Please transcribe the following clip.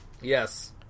Yes